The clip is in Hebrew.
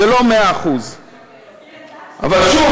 זה לא 100%. אבל שוב,